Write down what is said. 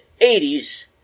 80s